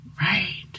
Right